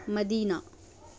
مدینہ